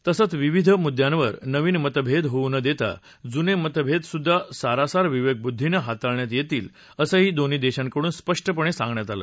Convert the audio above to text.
तसंच विविध मुद्यांवर नविन मतभेद होऊ न देता जुने मतभेद सुद्धा सारासार विवेकबुद्वीने हाताळण्यात येतील असं ही दोन्ही देशांकडून स्पष्टपणे सांगण्यात आले